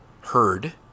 heard